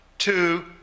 Two